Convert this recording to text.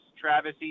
Travis